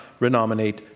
renominate